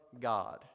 God